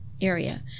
area